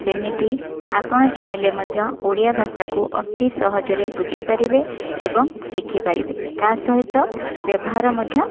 ସେମିତି ଆପଣ ଚାହିଁଲେ ମଧ୍ୟ ଓଡ଼ିଆ ଭାଷାକୁ ଅତି ସହଜରେ ବୁଝିପାରିବେ ଏବଂ ଶିଖିପାରିବେ ତା'ସହିତ ବ୍ୟବହାର ମଧ୍ୟ